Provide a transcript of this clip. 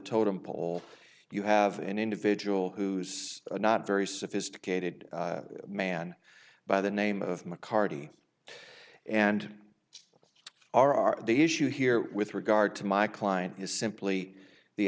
totem pole you have an individual who's a not very sophisticated man by the name of mccarty and are are the issue here with regard to my client is simply the